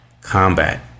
combat